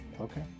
Okay